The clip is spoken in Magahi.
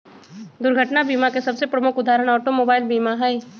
दुर्घटना बीमा के सबसे प्रमुख उदाहरण ऑटोमोबाइल बीमा हइ